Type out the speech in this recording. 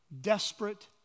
desperate